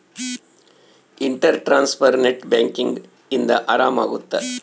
inter transfer net banking ಇಂದ ಆರಾಮ ಅಗುತ್ತ